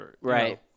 Right